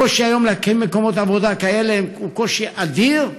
הקושי היום להקים מקומות עבודה כאלה הוא קושי אדיר.